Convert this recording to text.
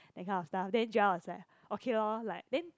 that kind of stuff then Jarl was like okay lor like then